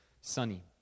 Sunny